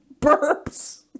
burps